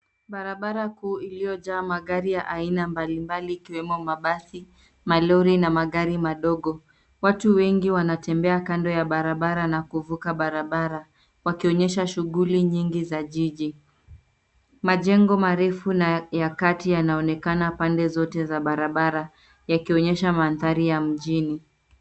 Barabara kuu iliyojaa magari ya aina mbali mbali ikiwemo: mabasi, malori na magari madogo. Watu wengi wanatembea kando ya barabara na kuvuka barabara, wakionyesha shughuli nyingi za jiji. Majengo marefu na ya kati yanaonekana pande zote za barabara, yakionyesha mandhari ya mjini.